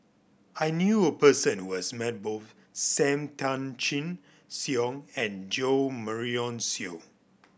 I knew a person who has met both Sam Tan Chin Siong and Jo Marion Seow